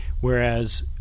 whereas